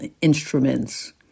instruments